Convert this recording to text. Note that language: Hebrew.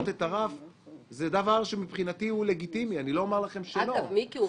אל תדאגי.